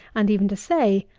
and even to say,